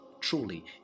truly